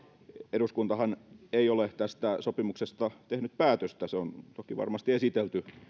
eduskuntahan ei ole tästä sopimuksesta tehnyt päätöstä se on toki varmasti esitelty